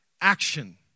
action